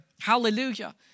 Hallelujah